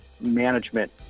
management